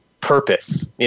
purpose